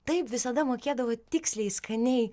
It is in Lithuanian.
taip visada mokėdavo tiksliai skaniai